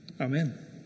Amen